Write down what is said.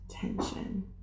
tension